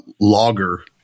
logger